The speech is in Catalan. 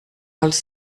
als